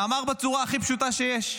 ואמר בצורה הכי פשוטה שיש: